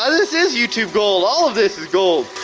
um this is youtube gold, all of this is gold.